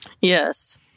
yes